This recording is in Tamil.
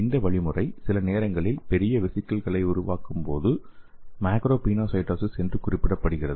இந்த வழிமுறை சில நேரங்களில் பெரிய வெசிகிள்களை உருவாக்கும்போது மேக்ரோ பினோசைடோசிஸ் என்று குறிப்பிடப்படுகிறது